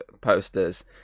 posters